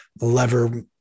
lever